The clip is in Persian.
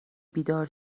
بیدار